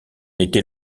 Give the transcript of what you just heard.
étais